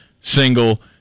single